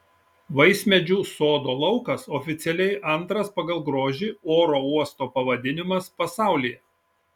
vaismedžių sodo laukas oficialiai antras pagal grožį oro uosto pavadinimas pasaulyje